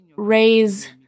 Raise